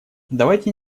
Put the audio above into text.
давайте